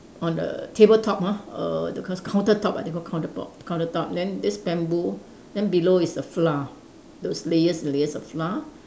on the table top ah err that's called counter top I think called counter pop counter top then this bamboo then below is the flour those layers and layers of flour